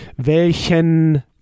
Welchen